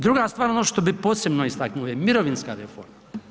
Druga stvar, ono što bih posebno istaknuo je mirovinska reforma.